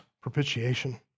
propitiation